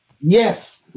Yes